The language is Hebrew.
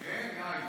כן, יאיר?